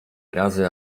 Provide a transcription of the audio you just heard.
razy